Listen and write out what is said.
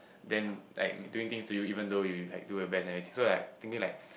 then like doing things to you even though you like do your best and everything so like I was thinking like